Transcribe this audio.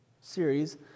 series